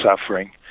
suffering